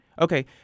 Okay